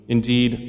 Indeed